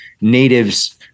natives